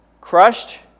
crushed